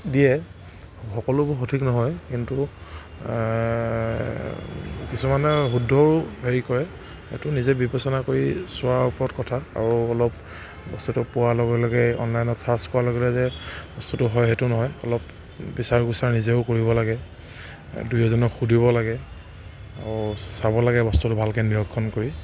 দিয়ে সকলোবোৰ সঠিক নহয় কিন্তু কিছুমানে শুদ্ধও হেৰি কৰে সেইটো নিজে বিবেচনা কৰি চোৱাৰ ওপৰত কথা আৰু অলপ বস্তুটো পোৱাৰ লগে লগে অনলাইনত ছাৰ্চ কৰাৰ লগে লগে যে বস্তুটো হয় সেইটো নহয় অলপ বিচাৰ খোচাৰ নিজেও কৰিব লাগে দুই এজনক সুধিব লাগে আৰু চাব লাগে বস্তুটো ভালকৈ নিৰীক্ষণ কৰি